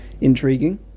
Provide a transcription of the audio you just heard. intriguing